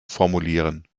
formulieren